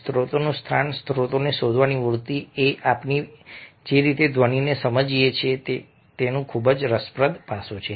સ્ત્રોતનું સ્થાન સ્ત્રોતને શોધવાની વૃત્તિ એ આપણે જે રીતે ધ્વનિને સમજીએ છીએ તેનું ખૂબ જ રસપ્રદ પાસું છે